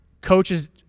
coaches